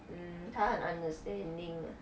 嗯他很 understanding 的